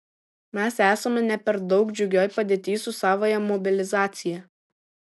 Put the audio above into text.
mes esame ne per daug džiugioj padėty su savąja mobilizacija